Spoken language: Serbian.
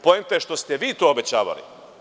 Poenta je što ste vi to obećavali.